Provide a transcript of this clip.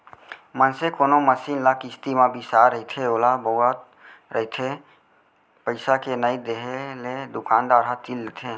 मनसे कोनो मसीन ल किस्ती म बिसाय रहिथे ओला बउरत रहिथे पइसा के नइ देले दुकानदार ह तीर लेथे